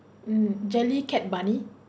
hmm jellycat bunny